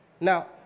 now